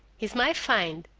he's my find.